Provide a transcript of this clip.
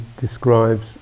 describes